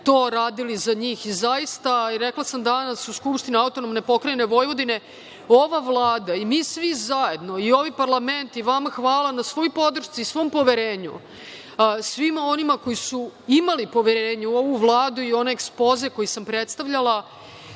to radili za njih. Rekla sam danas u Skupštini AP Vojvodine da ova Vlada i svi mi zajedno, ovaj parlament, i vama hvala na svoj podršci i svom poverenju, svima onima koji su imali poverenje u ovu Vladu i onaj ekspoze koji sam predstavljala,